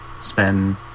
spend